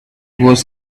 was